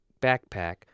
backpack